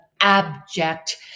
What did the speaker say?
abject